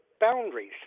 boundaries